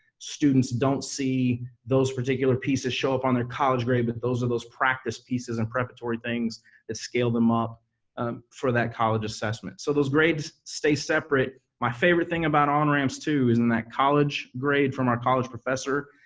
students don't see those particular pieces show up on their college grade, but those are those practice pieces and preparatory things that scale them up for that college assessment, so those grades stay separate. my favorite thing about onramps too is in that college grade from our college professor,